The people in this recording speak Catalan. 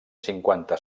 cinquanta